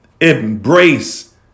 Embrace